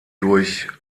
durch